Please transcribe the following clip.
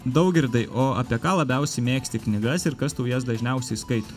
daugirdai o apie ką labiausiai mėgsti knygas ir kas tau jas dažniausiai skaito